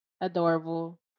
adorable